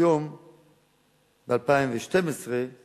היום ב-2012 זה